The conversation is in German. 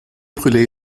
brule